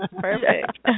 Perfect